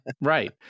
Right